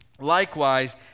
likewise